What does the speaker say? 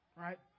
right